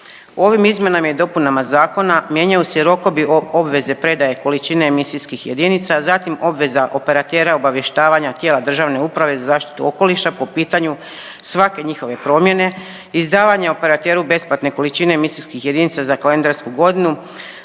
Ovim izmjenama i dopunama zakona mijenjaju se i rokovi obveze predaje količine emisijskih jedinica, zatim obveza operatera obavještavanja tijela državne uprave za zaštitu okoliša po pitanju svake njihove promjene, izdavanje operateru besplatne količine emisijskih jedinica za kalendarsku godinu,